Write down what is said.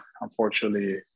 unfortunately